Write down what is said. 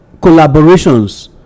collaborations